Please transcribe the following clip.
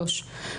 3,